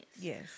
Yes